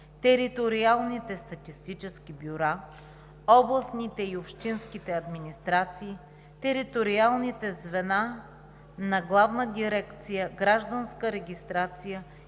териториалните статистически бюра, областните и общинските администрации, териториалните звена на Главна дирекция „Гражданска регистрация